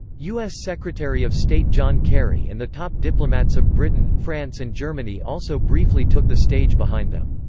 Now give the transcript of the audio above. u s. secretary of state john kerry and the top diplomats of britain, france and germany also briefly took the stage behind them.